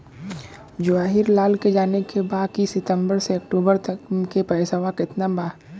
जवाहिर लाल के जाने के बा की सितंबर से अक्टूबर तक के पेसवा कितना बा?